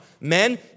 Men